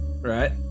Right